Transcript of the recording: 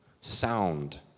sound